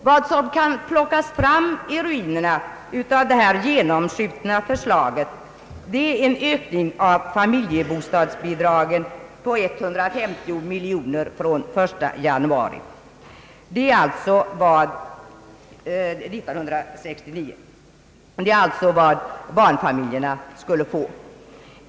Vad som kan plockas fram ur ruinerna av detta genomskjutna förslag är en ökning av familjebostadsbidragen på 150 miljoner från den 1 januari 1969. Det är alltså vad barnfamiljerna skall få.